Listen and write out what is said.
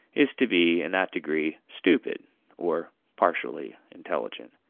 is to be, in that degree, stupid or partially intelligent.